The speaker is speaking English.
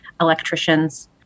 electricians